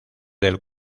del